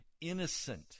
innocent